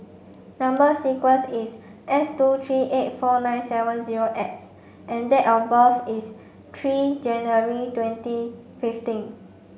number sequence is S two three eight four nine seven zero X and date of birth is three January twenty fifteen